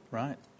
right